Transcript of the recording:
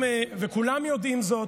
וכולם יודעים זאת,